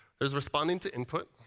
there's responding to input,